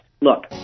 look